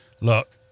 Look